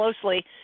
closely